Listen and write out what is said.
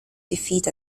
defeat